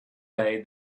day